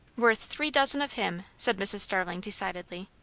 worth three dozen of him, said mrs. starling decidedly.